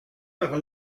par